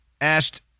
asked